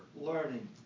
learning